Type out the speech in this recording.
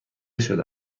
شده